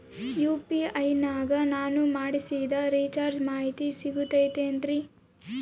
UPI ನಾಗ ನಾನು ಮಾಡಿಸಿದ ರಿಚಾರ್ಜ್ ಮಾಹಿತಿ ಸಿಗುತೈತೇನ್ರಿ?